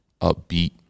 upbeat